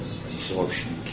absorption